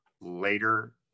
later